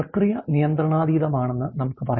പ്രക്രിയ നിയന്ത്രണാതീതമാണെന്ന് നമുക്ക് പറയാം